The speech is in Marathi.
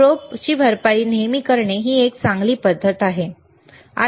प्रोब भरपाई नेहमी करणे ही एक चांगली पद्धत आहे ठीक आहे